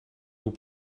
will